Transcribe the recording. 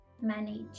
manage